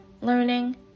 learning